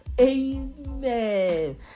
Amen